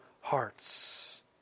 hearts